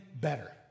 better